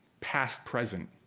past-present